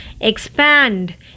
expand